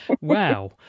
Wow